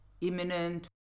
imminent